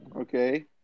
Okay